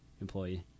employee